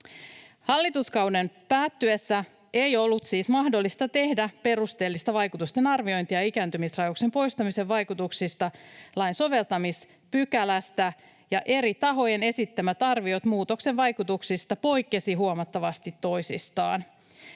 Hallituskauden päättyessä ei ollut siis mahdollista tehdä perusteellista vaikutusten arviointia ikääntymisrajoituksen poistamisen vaikutuksista lain soveltamispykälästä, ja eri tahojen esittämät arviot muutoksen vaikutuksista poikkesivat huomattavasti toisistaan.